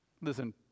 Listen